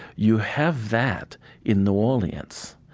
you have that in new orleans,